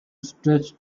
stretch